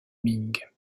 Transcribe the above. ming